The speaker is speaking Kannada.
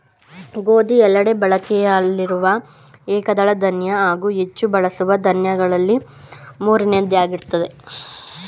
ಗೋಧಿ ಎಲ್ಲೆಡೆ ಬಳಕೆಯಲ್ಲಿರುವ ಏಕದಳ ಧಾನ್ಯ ಹಾಗೂ ಹೆಚ್ಚು ಬಳಸುವ ದಾನ್ಯಗಳಲ್ಲಿ ಮೂರನೆಯದ್ದಾಗಯ್ತೆ